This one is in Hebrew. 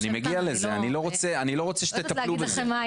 אני מגיע לזה, אני לא רוצה שתטפלו בזה.